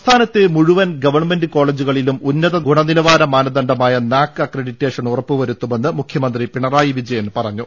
സംസ്ഥാനത്തെ മുഴുവൻ ഗവൺമെന്റ് കോളജുകളിലും ഉന്നത ഗുണനിലവാര മാനദണ്ഡമായ നാക് അക്രഡിറ്റേഷൻ ഉറപ്പുവരുത്തു മെന്ന് മുഖ്യമന്ത്രി പിണറായി വിജയൻ പറഞ്ഞു